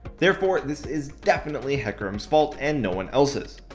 therefore, this is definitely hecarim's fault and no one elses.